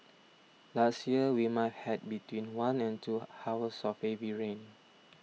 last year we might have between one and two hours of heavy rain